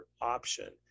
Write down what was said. option